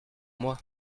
moi